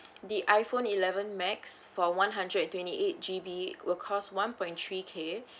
the iPhone eleven max for one hundred and twenty eight G_B will cost one point three K